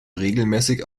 regelmäßig